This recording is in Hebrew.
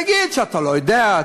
תגיד שאתה לא יודע,